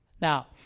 Now